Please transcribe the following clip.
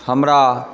हमरा